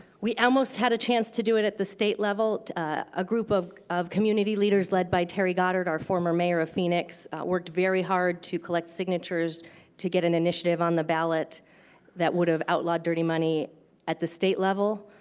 we almost had a chance to do it at the state level. a group of of community leaders led by terry goddard, our former mayor of phoenix, worked very hard to collect signatures to get an initiative on the ballot that would have outlawed dirty money at the state level.